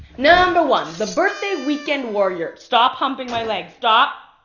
number one, the birthday weekend warrior. stop humping my leg. stop,